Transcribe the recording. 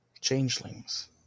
Changelings